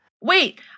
Wait